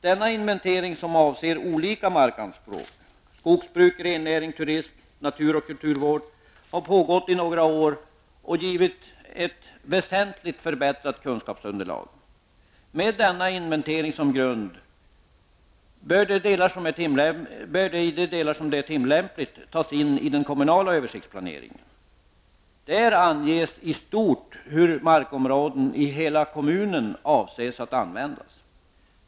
Denna inventering, som avser olika markanspråk -- skogsbruk, rennäring, turism, natur och kulturvård -- har pågått i några år och givit ett väsentligt förbättrat kunskapsunderlag. Med denna inventering som grund bör tillämpliga delar tas in i den kommunala översiktsplaneringen. Där anges i stort hur markområden i hela kommunen avses att användas.